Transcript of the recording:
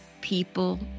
people